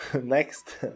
next